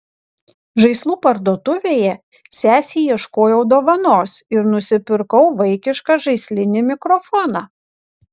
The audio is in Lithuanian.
žaislų parduotuvėje sesei ieškojau dovanos ir nusipirkau vaikišką žaislinį mikrofoną